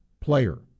player